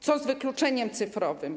Co z wykluczeniem cyfrowym?